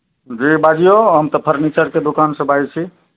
जी बाजियौ हम तऽ फर्नीचरके दोकान से बाजै छी